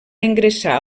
ingressar